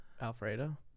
Alfredo